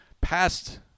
past